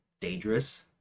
dangerous